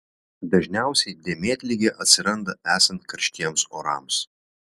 dažniausiai dėmėtligė atsiranda esant karštiems orams